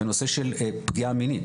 בנושא של פגיעה מינית,